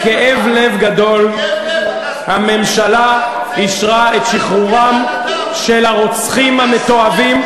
בכאב לב גדול אישרה הממשלה את שחרורם של הרוצחים המתועבים,